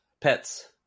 pets